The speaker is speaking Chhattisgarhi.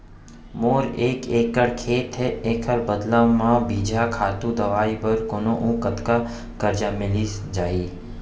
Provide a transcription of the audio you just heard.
मोर एक एक्कड़ खेत हे, एखर बदला म बीजहा, खातू, दवई बर कोन अऊ कतका करजा मिलिस जाही?